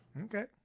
Okay